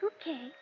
Okay